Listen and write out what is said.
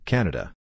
Canada